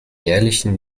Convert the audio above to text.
jährlichen